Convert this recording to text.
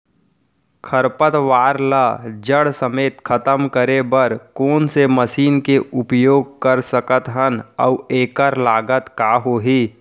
खरपतवार ला जड़ समेत खतम करे बर कोन से मशीन के उपयोग कर सकत हन अऊ एखर लागत का होही?